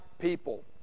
people